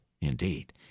indeed